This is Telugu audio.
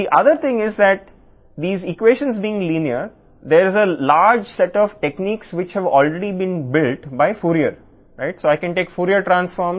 మరొక విషయం ఏమిటంటే ఈ ఈక్వేషన్లు సరళంగా ఉండటం వలన ఫోరియర్ ద్వారా ఇప్పటికే నిర్మించబడిన పెద్ద టెక్నిక్లు ఉన్నాయి